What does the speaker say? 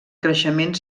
creixement